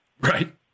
Right